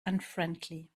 unfriendly